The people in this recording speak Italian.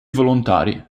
volontari